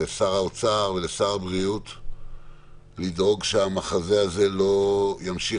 לשר האוצר ולשר הבריאות לדאוג שהמחזה הזה לא ימשיך,